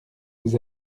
vous